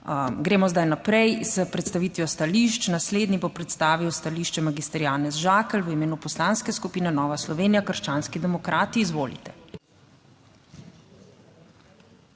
Gremo zdaj naprej s predstavitvijo stališč. Naslednji bo predstavil stališče magister Janez Žakelj v imenu Poslanske skupine Nova Slovenija - Krščanski demokrati. Izvolite.